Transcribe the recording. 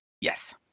Yes